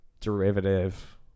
derivative